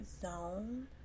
zone